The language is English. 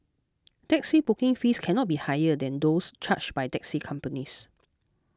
taxi booking fees cannot be higher than those charged by taxi companies